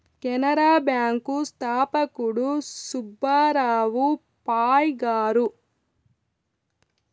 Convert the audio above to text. Canara bank స్థాపకుడు సుబ్బారావు పాయ్ గారు